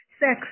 Sex